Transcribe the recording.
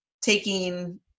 taking